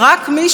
למשל,